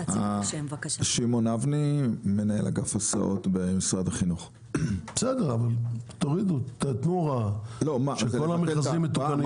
בסדר, אבל תנו הוראה שכל המכרזים מתוקנים.